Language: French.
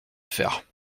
faire